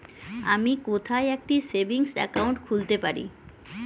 আমি কোথায় একটি সেভিংস অ্যাকাউন্ট খুলতে পারি?